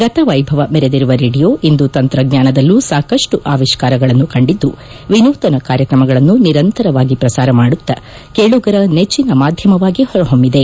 ಗತವೈಭವ ಮೆರೆದಿರುವ ರೇಡಿಯೋ ಇಂದು ತಂತ್ರಜ್ವಾನದಲ್ಲೂ ಸಾಕಷ್ಟು ಆವಿಷ್ಕಾರಗಳನ್ನು ಕಂಡಿದ್ದು ವಿನೂತನ ಕಾರ್ಯಕ್ರಮಗಳನ್ನು ನಿರಂತರವಾಗಿ ಪ್ರಸಾರ ಮಾಡುತ್ತಾ ಕೇಳುಗರ ನೆಚ್ಚಿನ ಮಾಧ್ಯಮವಾಗಿ ಹೊರಹೊಮ್ಬಿದೆ